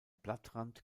blattrand